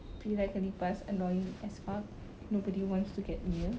be like a lipas annoying as fuck nobody wants to get near